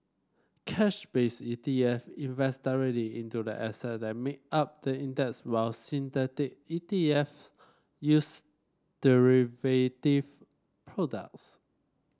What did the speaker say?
cash based E T F invest directly into the asset that make up the index while synthetic E T F use derivative products